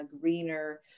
greener